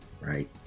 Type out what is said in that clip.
right